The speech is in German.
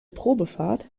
probefahrt